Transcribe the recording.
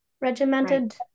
regimented